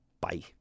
Bye